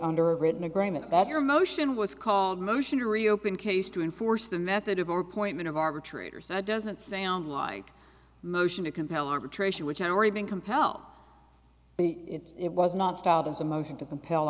under a written agreement that your motion was called motion to reopen case to enforce the method of or point of arbitrators that doesn't sound like motion to compel arbitration which hour even compel but it was not styled as a motion to compel